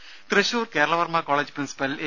ദര Thrissur Kerala Varma college principal A